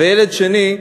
והילד השני,